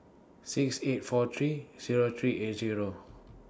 six eight four three Zero three eight Zero